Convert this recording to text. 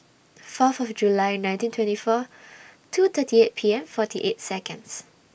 Fourth of July nineteen twenty four two thirty eight P M forty eight Seconds